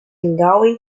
going